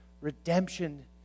Redemption